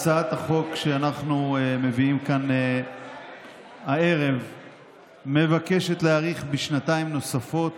הצעת החוק שאנחנו מביאים כאן הערב מבקשת להאריך בשנתיים נוספות